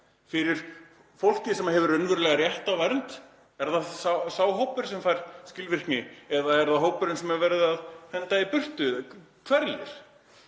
Fyrir fólkið sem hefur raunverulega rétt á vernd, er það sá hópur sem fær skilvirkni? Eða er það hópurinn sem er verið að henda í burtu — hverjir?